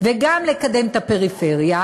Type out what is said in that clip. וגם לקדם את הפריפריה,